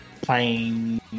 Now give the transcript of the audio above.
playing